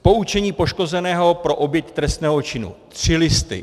Poučení poškozeného pro oběť trestného činu: 3 listy.